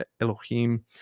Elohim